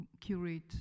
curate